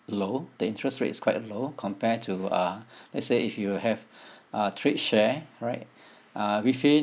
low the interest rate is quite low compare to uh let's say if you have uh trade share right uh we feel